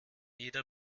jeder